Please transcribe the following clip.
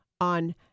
on